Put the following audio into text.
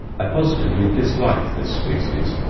i positively dislike this species,